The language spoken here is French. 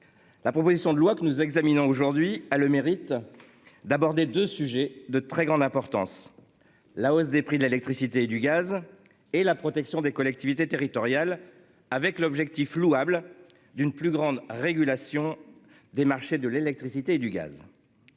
La proposition de loi que nous examinons aujourd'hui a le mérite. D'aborder 2 sujets de très grande importance. La hausse des prix de l'électricité et du gaz et la protection des collectivités territoriales, avec l'objectif louable d'une plus grande régulation. Des marchés de l'électricité et du gaz.